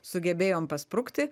sugebėjom pasprukti